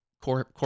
Core